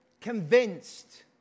convinced